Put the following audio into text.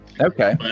okay